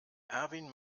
erwin